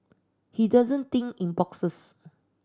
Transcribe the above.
he doesn't think in boxes